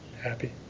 happy